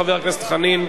הראשון, חבר הכנסת דב חנין.